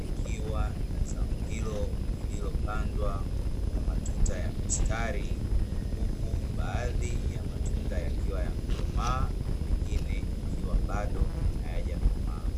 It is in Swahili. likiwa na zao hilo lililopandwa kwa matuta ya mistari, huku baadhi ya matunda yakiwa yamekomaa, na mengine yakiwa bado hayajakomaa.